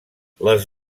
les